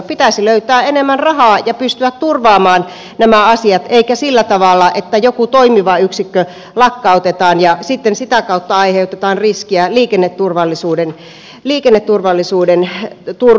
pitäisi löytää enemmän rahaa ja pystyä turvaamaan nämä asiat eikä sillä tavalla että joku toimiva yksikkö lakkautetaan ja sitten sitä kautta aiheutetaan riskiä liikenneturvallisuuden turvaamiselle